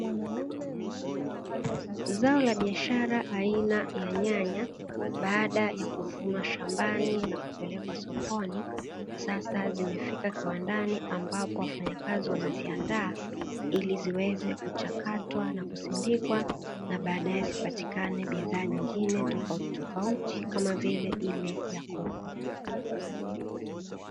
Zao la biashara aina ya nyanya baada ya kuvunwa shambani na kupelekwa sokoni, sasa zimefika kiwandani ambapo wafanyakazi wanaziandaa, ili ziweze kuchakatwa na kusindikwa na baadae zipatikane bidhaa nyingine tofauti tofauti kama vile ya kopo.